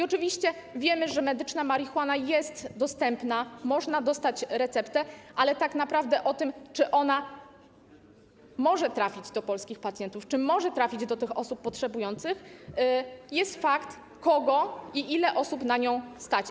Oczywiście wiemy, że medyczna marihuana jest dostępna, można dostać receptę, ale tak naprawdę o tym, czy ona może trafić do polskich pacjentów, czy może trafić do osób potrzebujących, decyduje fakt, kogo i ile osób na nią stać.